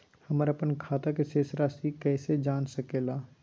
हमर अपन खाता के शेष रासि कैसे जान सके ला?